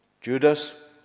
Judas